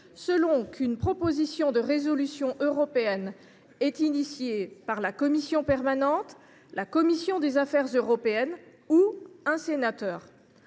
selon qu’une proposition de résolution européenne est engagée par la commission permanente, par la commission des affaires européennes ou par un sénateur.